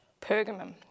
Pergamum